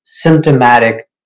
symptomatic